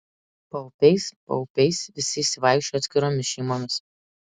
paupiais paupiais visi išsivaikščiojo atskiromis šeimomis